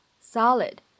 solid